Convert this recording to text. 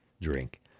drink